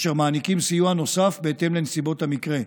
אשר מעניקים סיוע נוסף בהתאם לנסיבות המקרה,